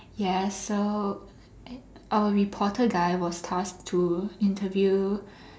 yes so our reporter guy was tasked to interview